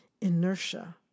inertia